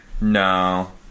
No